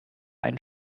ein